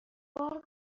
بار